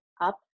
up